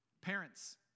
parents